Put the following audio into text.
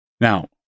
Now